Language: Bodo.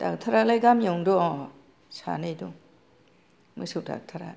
डाक्टारालाय गामिआवनो दं सानै दं मोसौ डाक्टारा